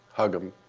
hug him,